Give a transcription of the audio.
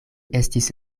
estis